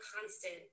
constant